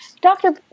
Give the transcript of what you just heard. doctor